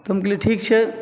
तऽ हम कहलियै ठीक छै